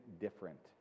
different